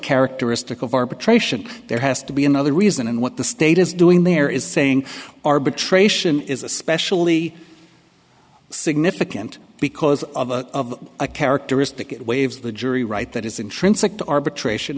characteristic of arbitration there has to be another reason and what the state is doing there is saying arbitration is especially significant because of a characteristic it waives the jury right that is intrinsic to arbitration